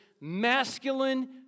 masculine